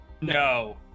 No